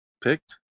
picked